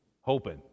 hoping